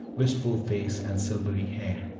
wistful face and silvery hair.